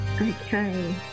Okay